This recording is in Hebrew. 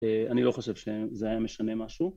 אה... אני לא חושב שזה היה משנה משהו